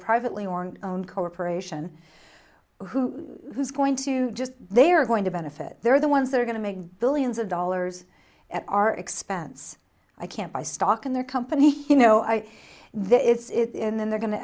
privately or own corporation who who's going to just they are going to benefit they're the ones that are going to make billions of dollars at our expense i can't buy stock in their company you know i there it's in they're going to